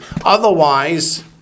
Otherwise